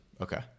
Okay